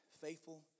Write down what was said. faithful